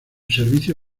servicio